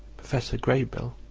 professor graybill,